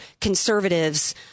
conservatives